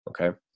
Okay